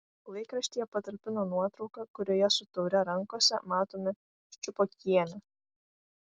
laikraštyje patalpino nuotrauką kurioje su taure rankose matome ščiupokienę